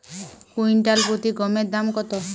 Quintal প্রতি গমের দাম কত?